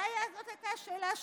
זאת הייתה השאלה שלי.